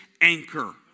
anchor